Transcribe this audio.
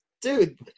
dude